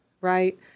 right